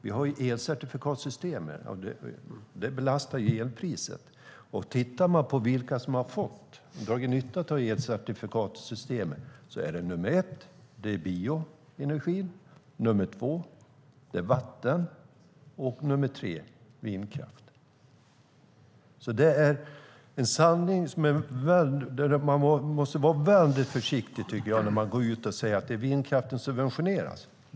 Vi har elcertifikatssystemet, och det belastar elpriset. Om man tittar på vilka som har dragit nytta av elcertifikatssystemet ser man att nummer ett är bioenergi, nummer två vatten och nummer tre vindkraft. Man måste vara försiktig när man går ut och säger att vindkraften subventioneras.